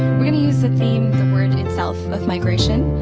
we're gonna use the theme, the word itself of migration,